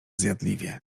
zjadliwie